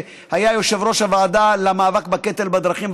שהיה יושב-ראש ועדת המשנה למאבק בקטל בדרכים.